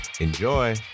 Enjoy